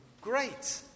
Great